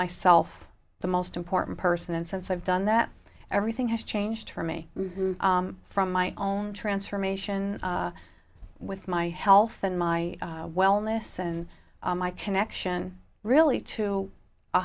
myself the most important person and since i've done that everything has changed for me from my own transformation with my health and my wellness and my connection really to a